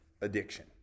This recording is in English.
addiction